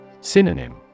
Synonym